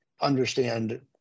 understand